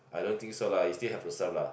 I don't think so lah you still have to serve lah